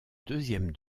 deuxième